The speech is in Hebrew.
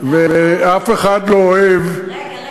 חברים, לילד יש שם אחד, ואף אחד לא אוהב, למה?